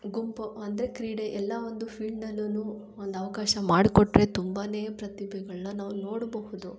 ಗುಂಪು ಅಂದರೆ ಕ್ರೀಡೆ ಎಲ್ಲ ಒಂದು ಫೀಲ್ಡ್ನಲ್ಲೂ ಒಂದು ಅವಕಾಶ ಮಾಡಿಕೊಟ್ರೆ ತುಂಬನೇ ಪ್ರತಿಭೆಗಳನ್ನ ನಾವು ನೋಡಬಹುದು